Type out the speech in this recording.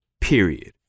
Period